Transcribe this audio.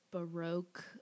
Baroque